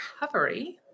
recovery